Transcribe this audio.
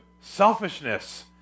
selfishness